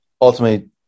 ultimately